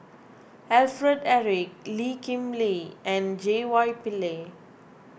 Alfred Eric Lee Kip Lee and J Y Pillay